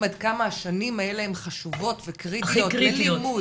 עד כמה השנים הם חשובות וקריטיות ללימוד,